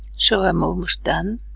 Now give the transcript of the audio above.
so i'm almost done